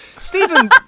Stephen-